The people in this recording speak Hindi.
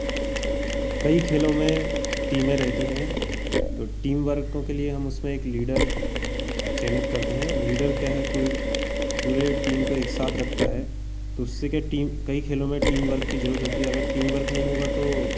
कई खेलों में टीमें रहती हैं टीमवर्कों के लिए हम उसमें एक लीडर चयनित करते हैं लीडर क्या है पूरे पूरे टीमों को एक साथ रखता है तो उसके क्या टीम कई खेलों में टीमवर्क की जरूरत होती है अगर टीमवर्क नहीं होगा तो